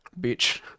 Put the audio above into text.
Bitch